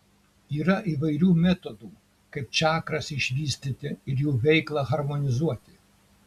yra įvairių metodų kaip čakras išvystyti ir jų veiklą harmonizuoti